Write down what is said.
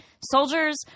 soldiers